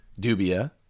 dubia